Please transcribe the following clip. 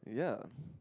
yeah